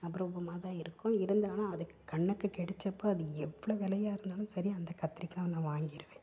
அபூர்வமாக தான் இருக்கும் இருந்தாலும் அது கண்ணுக்கு கெடைச்சப்ப அது எவ்வளோ விலையா இருந்தாலும் சரி அந்த கத்திரிக்காயை நான் வாங்கிடுவேன்